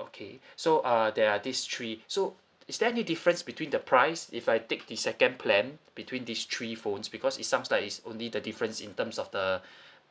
okay so uh there are these three so is there any difference between the price if I take the second plan between these three phones because it sounds like it's only the difference in terms of the